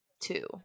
two